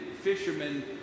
Fishermen